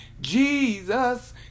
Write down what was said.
Jesus